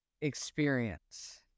experience